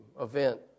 event